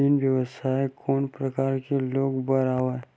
ई व्यवसाय कोन प्रकार के लोग बर आवे?